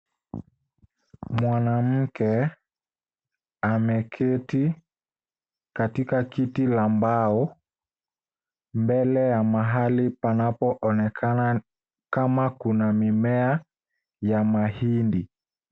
Mwanamke ameketi katika kiti la mbao mbele ya mahali panapoonekana kama kuna mimea ya mahindi.